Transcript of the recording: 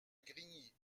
grigny